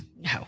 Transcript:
no